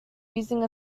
using